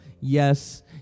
Yes